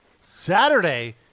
Saturday